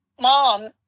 mom